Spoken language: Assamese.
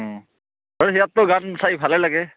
আৰু সিয়াৰতো গান চাই ভালে লাগে